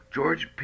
George